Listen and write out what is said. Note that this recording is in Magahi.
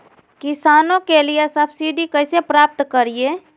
किसानों के लिए सब्सिडी कैसे प्राप्त करिये?